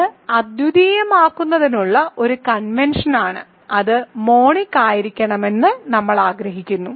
ഇത് അദ്വിതീയമാക്കുന്നതിനുള്ള ഒരു കൺവെൻഷനാണ് അത് മോണിക് ആയിരിക്കണമെന്ന് നമ്മൾ ആഗ്രഹിക്കുന്നു